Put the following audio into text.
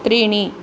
त्रीणि